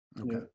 Okay